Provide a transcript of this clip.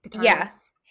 Yes